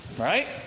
Right